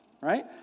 Right